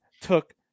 took